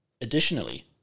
Additionally